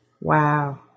Wow